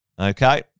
okay